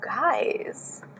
guys